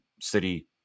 City